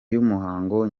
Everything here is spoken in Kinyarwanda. y’umuhango